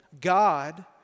God